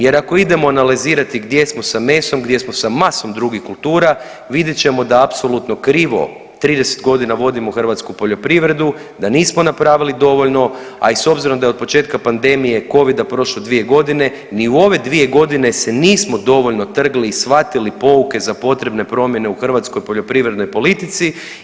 Jer ako idemo analizirati gdje smo sa mesom, gdje smo sa masom drugih kultura vidjet ćemo da apsolutno krivo 30 godina vodimo hrvatsku poljoprivredu, da nismo napravili dovoljno, a i s obzirom da je od početka pandemije covida prošlo dvije godine, ni u ove dvije godine se nismo dovoljno trgli i shvatili pouke za potrebne promjene u hrvatskoj poljoprivrednoj politici.